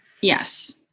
Yes